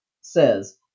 says